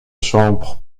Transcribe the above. chambre